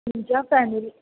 तुमच्या फॅमिली